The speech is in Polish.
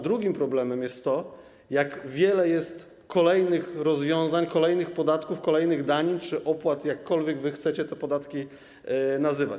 Drugim problemem jest to, jak wiele jest kolejnych rozwiązań, kolejnych podatków, kolejnych danin czy opłat, jakkolwiek chcecie te podatki nazywać.